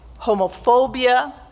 homophobia